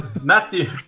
Matthew